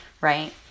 right